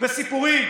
וסיפורים.